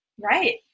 Right